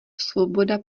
svoboda